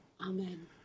Amen